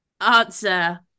answer